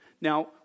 Now